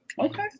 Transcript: Okay